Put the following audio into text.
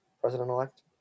President-elect